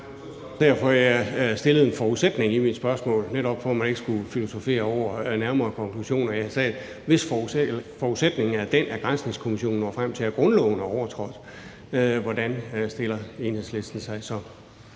derfor, jeg stillede en forudsætning i mit spørgsmål, netop for at man ikke skulle filosofere over nærmere konklusioner. Jeg sagde: Hvis forudsætningen er den, at granskningskommissionen når frem til, at grundloven er overtrådt, hvordan stiller Enhedslisten sig så?